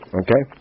okay